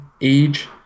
age